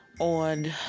on